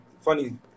funny